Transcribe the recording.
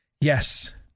Yes